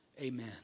Amen